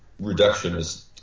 reductionist